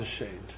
ashamed